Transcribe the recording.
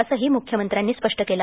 असंही मुख्यमंत्र्यांनी स्पष्ट केलं